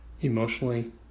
Emotionally